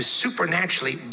supernaturally